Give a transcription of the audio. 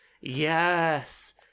Yes